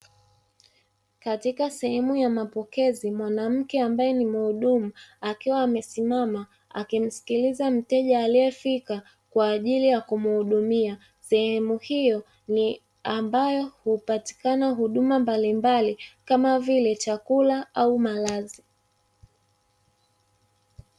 Katika sehemu ya mapokezi mwanamke ambaye ni mhudumu akiwa amesimama akimsikiliza mteja aliyefika kwa ajili ya kumhudumia. Sehemu hiyo ni ambayo hupatikana huduma mbalimbali kama vile chakula au malazi.